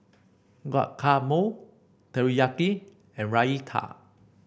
Guacamole Teriyaki and Raita